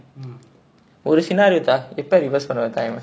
mm